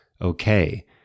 okay